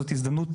זאת הזדמנות,